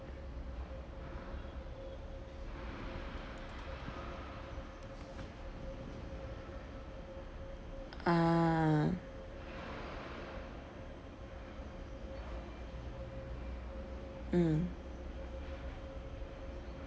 ah mm